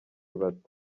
bato